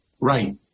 Right